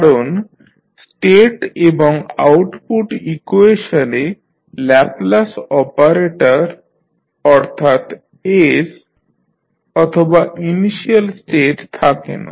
কারণ স্টেট এবং আউটপুট ইকুয়েশনে ল্যাপলাস অপারেটর অর্থাৎ s অথবা ইনিশিয়াল স্টেট থাকে না